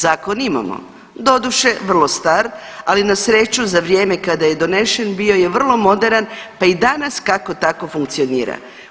Zakon imamo, doduše vrlo star, ali na sreću za vrijeme kada je donešen je bio je vrlo moderan pa i danas kako tako funkcionira.